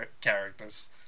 characters